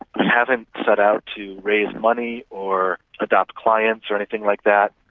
and haven't set out to raise money or adopt clients, or anything like that,